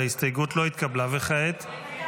התקבלה.